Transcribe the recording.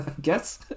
guess